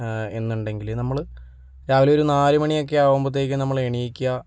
എന്നുണ്ടെങ്കിൽ നമ്മൾ രാവിലെ ഒരു നാല് മണിയൊക്കെ ആകുമ്പോഴേക്കും നമ്മൾ എണീക്കുക